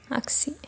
आगसि